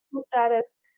status